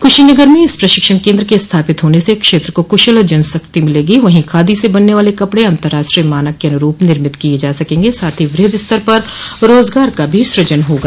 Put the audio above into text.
कुशीनगर में इस प्रशिक्षण केन्द्र के स्थापित होने से क्षेत्र को कुशल जनशक्ति मिलेगी वहीं खादी से बनने वाले कपड़े अतंराष्ट्रीय मानक के अनुरूप निर्मित किये जा सकेंगे साथ ही वृहद स्तर पर रोजगार का भी सृजन होगा